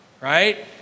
right